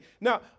Now